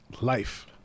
life